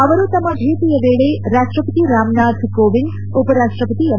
ಅವರು ತಮ್ಮ ಭೇಟಿಯ ವೇಳೆ ರಾಷ್ತ್ರಪತಿ ರಾಮನಾಥ್ ಕೋವಿಂದ್ ಉಪರಾಷ್ತ್ರಪತಿ ಎಂ